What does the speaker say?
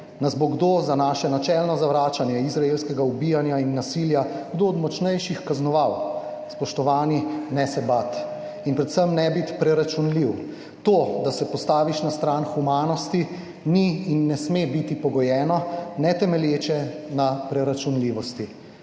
Nas bo za naše načelno zavračanje izraelskega ubijanja in nasilja kdo od močnejših kaznoval?« Spoštovani, ne se bati in predvsem ne biti preračunljiv! To, da se postaviš na stran humanosti, ni in ne sme biti pogojeno ne temelječe na preračunljivosti.